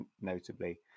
notably